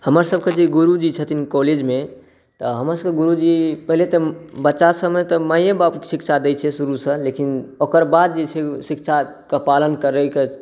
हमरसभके जे गुरूजी छथिन कॉलेजमे तऽ हमरसभके गुरूजी पहिले तऽ बच्चासभमे माय बाप शिक्षा दै छै शुरुसँ लेकिन ओकर बाद जे छै शिक्षाके पालन करैक